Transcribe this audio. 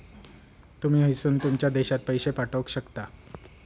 तुमी हयसून तुमच्या देशात पैशे पाठवक शकता